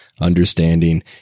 understanding